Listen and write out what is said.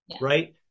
right